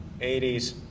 80s